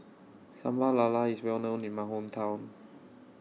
Sambal Lala IS Well known in My Hometown